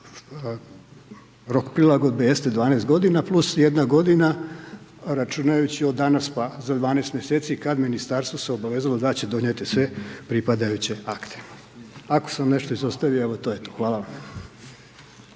rok prilagodbe jeste 12 godina + jedna godina, računajući od danas, pa za 12 mjeseci kad Ministarstvo se obavezalo da će donijeti sve pripadajuće akte. Ako sam nešto izostavio, evo, to je to. Hvala vam.